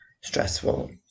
stressful